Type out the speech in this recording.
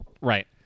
right